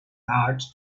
art